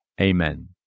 Amen